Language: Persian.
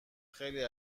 خیلی